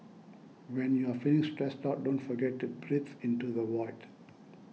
when you are feeling stressed out don't forget to breathe into the void